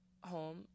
home